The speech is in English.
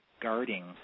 guarding